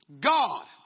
God